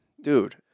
Dude